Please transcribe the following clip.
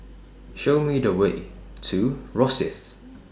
Show Me The Way to Rosyth